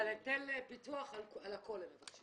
אבל היטל פיתוח על הכל הם מבקשים.